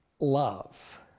love